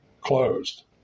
closed